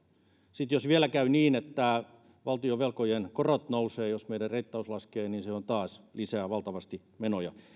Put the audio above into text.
sitten jos vielä käy niin että valtionvelkojen korot nousevat jos meidän reittaus laskee niin se lisää taas valtavasti menoja